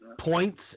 points